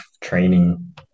training